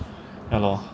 ya lor